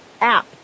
app